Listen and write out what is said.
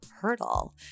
Hurdle